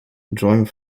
drawing